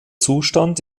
zustand